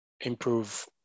improve